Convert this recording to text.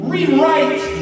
Rewrite